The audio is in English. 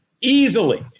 easily